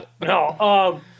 No